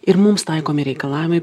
ir mums taikomi reikalavimai